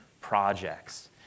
projects